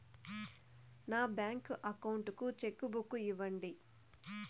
నా bank account కు cheque book ఇవ్వండి